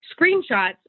screenshots